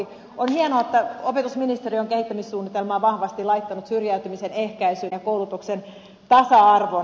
on hienoa että opetusministeri on kehittämissuunnitelmaan vahvasti laittanut syrjäytymisen ehkäisyn ja koulutuksen tasa arvon